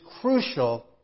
crucial